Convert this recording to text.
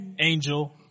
Angel